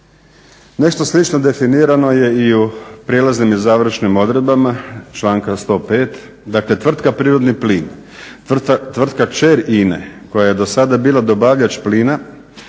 Nešto slično definirano je i u prijelaznim i završnim odredbama članka 105.